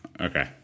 Okay